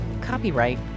copyright